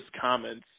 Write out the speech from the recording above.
comments